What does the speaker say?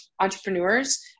entrepreneurs